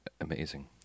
amazing